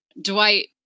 Dwight